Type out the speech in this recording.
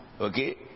Okay